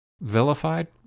vilified